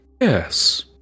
Yes